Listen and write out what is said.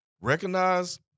Recognize